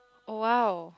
oh !wow!